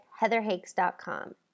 heatherhakes.com